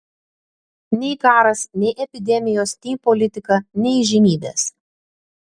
nei karas nei epidemijos nei politika nei įžymybės